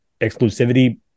exclusivity